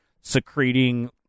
secreting